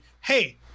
hey